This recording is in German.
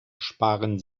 sparen